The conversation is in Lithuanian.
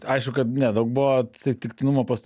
aišku kad ne daug buvo atsitiktinumo pas